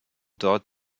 dort